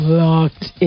locked